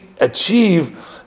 achieve